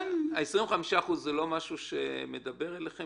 ה-25% זה לא משהו שהייתם רוצים